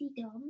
Dom